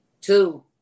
Two